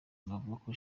mavoko